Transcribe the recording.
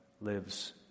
lives